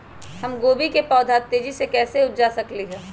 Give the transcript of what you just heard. हम गोभी के पौधा तेजी से कैसे उपजा सकली ह?